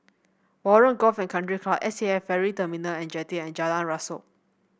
Warren Golf and Country Club S A F Ferry Terminal and Jetty and Jalan Rasok